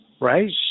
Right